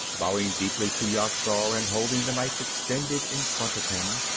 bowing deeply to yat-zar and holding the knife extended in front of him,